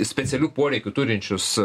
specialių poreikių turinčius